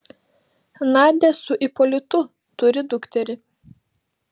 nadia su ipolitu turi dukterį